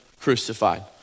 crucified